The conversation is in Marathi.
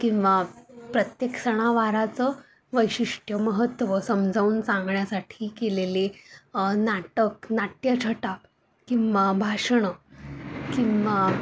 किंवा प्रत्येक सणावाराचं वैशिष्ट्य महत्त्व समजावून सांगण्यासाठी केलेले नाटक नाट्यछटा किंवा भाषणं किंवा